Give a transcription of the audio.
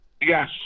Yes